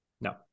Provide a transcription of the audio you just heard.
No